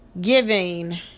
Giving